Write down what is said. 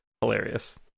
Hilarious